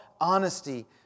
honesty